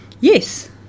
Yes